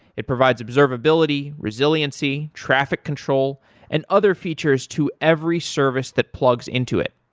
it provides observability, resiliency, traffic control and other features to every service that plugs into it.